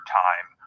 time